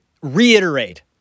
reiterate